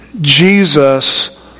Jesus